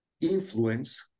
influence